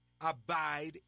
abide